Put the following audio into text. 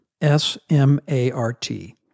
S-M-A-R-T